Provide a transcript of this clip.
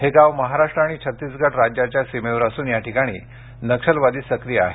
हे गाव महाराष्ट्र आणि छतीसगड राज्याच्या सीमेवर असून या ठिकाणी नक्षलवादी सक्रिय आहेत